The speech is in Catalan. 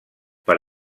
per